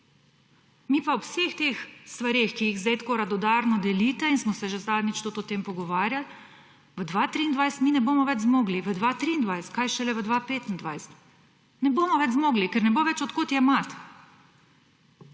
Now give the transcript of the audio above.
Mi pa ob vseh teh stvareh, ki jih zdaj tako radodarno delite, in smo se že zadnjič tudi o tem pogovarjali, v 2023 mi ne bomo več zmogli. V 2023, kaj šele v 2025. Ne bomo več zmogli, ker ne bo več od kod jemati.